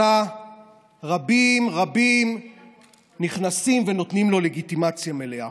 אלא רבים רבים נכנסים ונותנים לו לגיטימציה מלאה.